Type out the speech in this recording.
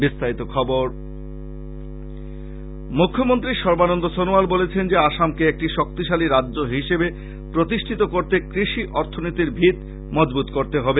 বিস্তারিত খবর মুখ্যমন্ত্রী সর্বানন্দ সনোয়াল বলেছেন যে আসামকে একটি শক্তিশালী রাজ্য হিসেবে প্রতিষ্ঠিত করতে কৃষি অর্থনীতির ভীত মজবৃত করতে হবে